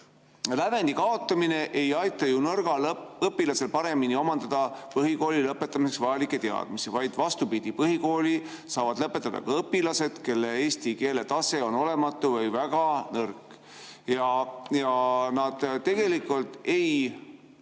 "Lävendi kaotamine ei aita ju nõrgal õpilasel paremini omandada põhikooli lõpetamiseks vajalikke teadmisi, vaid vastupidi, põhikooli saavad lõpetada ka õpilased, kelle eesti keele tase on olematu või väga nõrk." Nad tegelikult ei